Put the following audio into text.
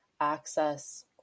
access